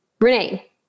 Renee